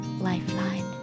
lifeline